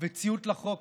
וציות לחוק